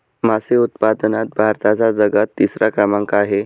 मासे उत्पादनात भारताचा जगात तिसरा क्रमांक आहे